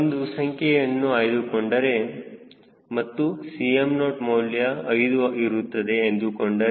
ಒಂದು ಸಂಖ್ಯೆಯನ್ನು ಆಯ್ದುಕೊಂಡರೆ ಮತ್ತು Cm0 ಮೌಲ್ಯ 5 ಇರುತ್ತದೆ ಎಂದುಕೊಂಡರೆ